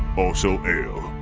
also ale.